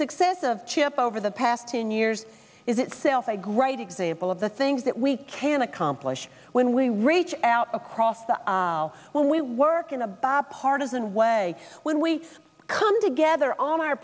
success of chip over the past ten years is itself a great example of the things that we can accomplish when we reach out across the aisle when we work in a bipartisan way when we come together on our